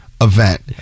event